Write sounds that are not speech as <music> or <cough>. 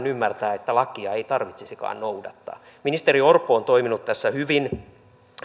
<unintelligible> ymmärtää että lakia ei tarvitsisikaan noudattaa ministeri orpo on toiminut tässä hyvin